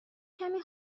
کمی